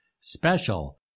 special